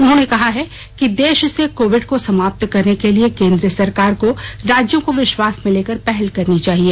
उन्होंने कहा है कि देश से कोविड को समाप्त करने के लिए केंद्र सरकार को राज्यों को विश्वास में लेकर पहल करनी चाहिए